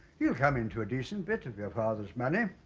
he'll come into a decent bit of your father's money.